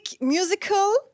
musical